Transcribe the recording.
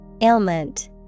Ailment